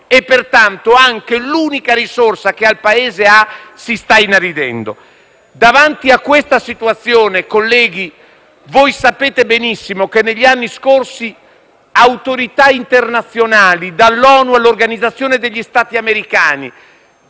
e quindi anche l'unica risorsa di cui il Paese dispone si sta inaridendo. Davanti a questa situazione, colleghi, sapete benissimo che negli anni scorsi sono intervenute le autorità internazionali, dall'ONU all'Organizzazione degli Stati americani,